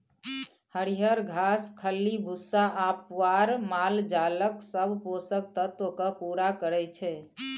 हरियर घास, खल्ली भुस्सा आ पुआर मालजालक सब पोषक तत्व केँ पुरा करय छै